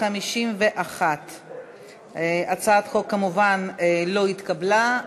51. הצעת החוק כמובן לא התקבלה,